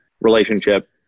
Relationship